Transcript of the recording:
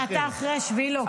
אבל אתה אחרי 7 באוקטובר.